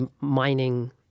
mining